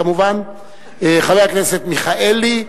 כמובן, חבר הכנסת מיכאלי,